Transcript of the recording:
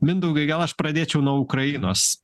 mindaugai gal aš pradėčiau nuo ukrainos